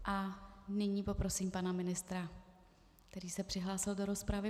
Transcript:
A nyní poprosím pana ministra, který se přihlásil do rozpravy.